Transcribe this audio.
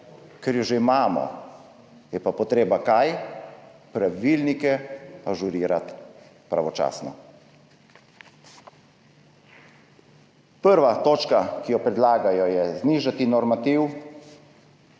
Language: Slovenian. Ker jo že imamo. Je pa potreba – kaj? Pravilnike ažurirati pravočasno. Prva točka, ki jo predlagajo, je znižati normativ.